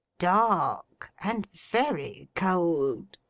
dark. and very cold